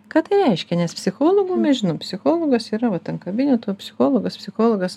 ką tai reiškia nes psichologų mes žinom psichologas yra va ten kabineto psichologas psichologas